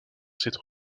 cette